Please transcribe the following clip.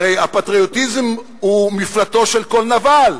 הרי הפטריוטיזם הוא מפלטו של כל נבל.